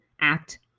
act